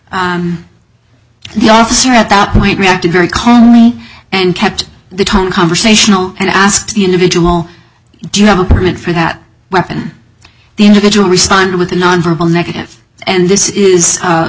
the officer at that point reacted very calmly and kept the time conversational and asked the individual do you have a permit for that weapon the individual responded with a non verbal negative and this is